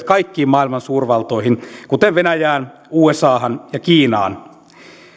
kaikkiin maailmaan suurvaltoihin kuten venäjään usahan ja kiinaan